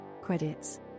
credits